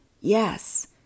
yes